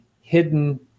hidden